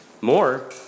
more